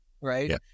right